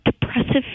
depressive